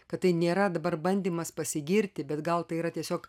kad tai nėra dabar bandymas pasigirti bet gal tai yra tiesiog